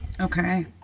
Okay